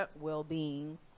well-being